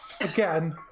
Again